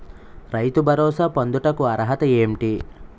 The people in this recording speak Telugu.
రైతు భరోసా పొందుటకు అర్హత ఏంటి?